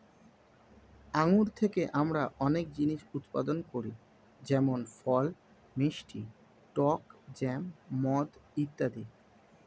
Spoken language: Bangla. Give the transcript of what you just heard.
আঙ্গুর থেকে আমরা অনেক জিনিস উৎপাদন করি যেমন ফল, মিষ্টি, টক জ্যাম, মদ ইত্যাদি